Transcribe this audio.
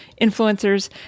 influencers